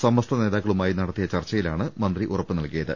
സമസ്ത നേതാക്കളുമായി നടത്തിയ ചർച്ചയിലാണ് മന്ത്രി ഉറപ്പ് നൽകിയത്